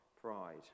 Pride